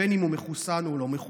בין שהוא מחוסן ובין שהוא לא מחוסן,